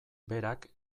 berak